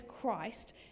christ